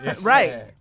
Right